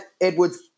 Edwards